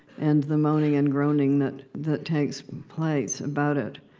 and the moaning and groaning that that takes place about it.